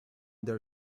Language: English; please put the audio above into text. their